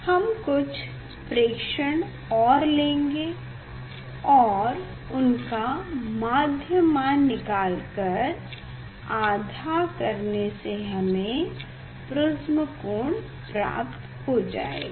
हम कुछ प्रेक्षण और लेंगे और उनका माध्य मान निकाल कर आधा करने पर हमें प्रिस्म कोण प्राप्त हो जाएगा